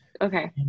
Okay